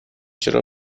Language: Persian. چرا